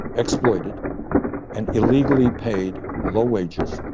exploited and illegally paid low wages.